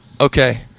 okay